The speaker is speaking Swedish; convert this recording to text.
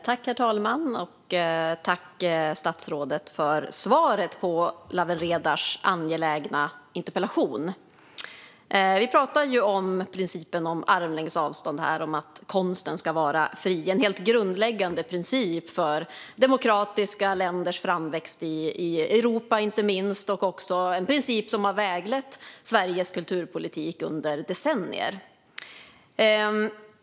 Herr talman! Tack, statsrådet, för svaret på Lawen Redars angelägna interpellation! Vi pratar här om principen om armlängds avstånd och om att konsten ska vara fri - en helt grundläggande princip inte minst för demokratiska länders framväxt i Europa och också en princip som har väglett Sveriges kulturpolitik under decennier.